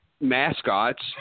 mascots